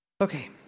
okay